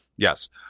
Yes